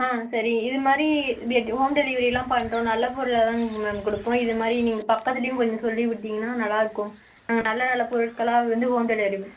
ஆ சரி இதுமாதிரி ஹோம் டெலிவரிலாம் பண்ணுறோம் நல்ல பொருளாக தான் மேம் கொடுப்போம் இதுமாதிரி நீங்கள் பக்கத்துலையும் கொஞ்சம் சொல்லிக் விட்டிங்கன்னா நல்லாயிருக்கும் நாங்கள் நல்ல நல்ல பொருட்களாக வந்து ஹோம் டெலிவரி